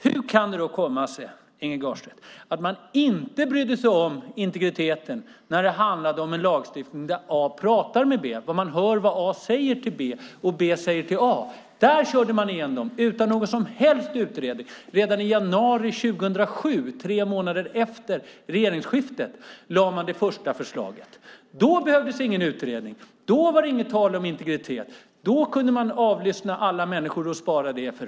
Hur kan det komma sig, Inge Garstedt, att man inte brydde sig om integriteten när det handlade om en lagstiftning där A pratar med B och man hör vad A säger till B och vad B säger till A? Där körde man igenom utan någon som helst utredning. Redan i januari 2007, tre månader efter regeringsskiftet, lade man fram det första förslaget. Då behövdes ingen utredning, och då var det inget tal om integritet. Då kunde man avlyssna alla människor och spara det i FRA.